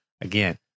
Again